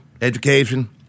education